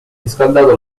riscaldato